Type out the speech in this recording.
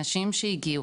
אנשים שהגיעו,